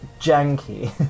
janky